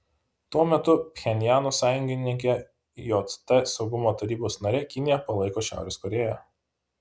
tuo metu pchenjano sąjungininkė jt saugumo tarybos narė kinija palaiko šiaurės korėją